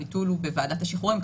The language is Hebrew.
הביטול הוא בוועדת השחרורים,